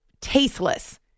Tasteless